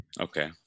Okay